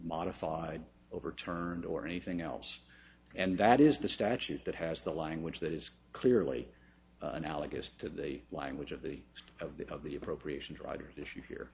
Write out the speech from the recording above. modified overturned or anything else and that is the statute that has the language that is clearly analogous to the language of the of the of the appropriation driving issue here